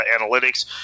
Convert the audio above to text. Analytics